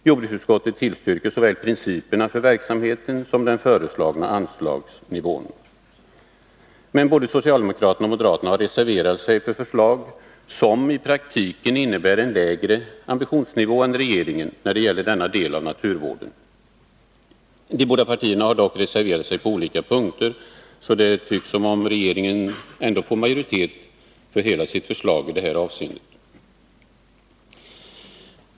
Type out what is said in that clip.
Jordbruksutskottet tillstyrker såväl principerna för verksamheten som den föreslagna anslagsnivån. Både socialdemokraterna och moderaterna har reserverat sig för förslag som i praktiken innebär en lägre ambitionsnivå än regeringens när det gäller denna del av naturvården. De båda partierna har dock reserverat sig på olika punkter, så det tycks som om regeringen ändå får majoritet för hela sitt förslag.